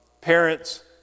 Parents